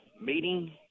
meeting